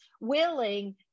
willing